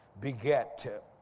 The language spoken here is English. beget